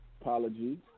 apology